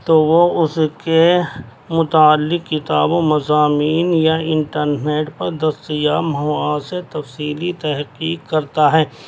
تو وہ اس کے متعلق کتابوں مضامین یا انٹرنیٹ پر دستیاب مواد سے تفصیلی تحقیق کرتا ہے